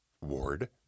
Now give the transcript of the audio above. Ward